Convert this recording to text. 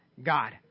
God